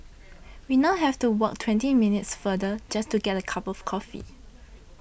we now have to walk twenty minutes farther just to get a cup of coffee